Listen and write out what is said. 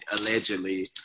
allegedly